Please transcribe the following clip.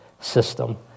system